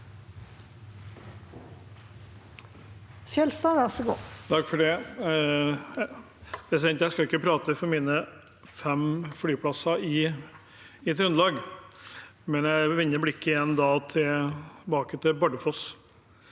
Jeg skal ikke pra- te for mine fem flyplasser i Trøndelag, men jeg vil vende blikket tilbake til Bardufoss.